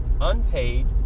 unpaid